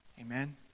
Amen